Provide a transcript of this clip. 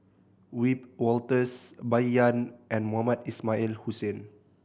Wiebe Wolters Bai Yan and Mohamed Ismail Hussain